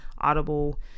Audible